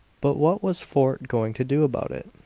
but what was fort going to do about it?